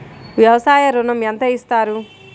వ్యవసాయ ఋణం ఎంత ఇస్తారు?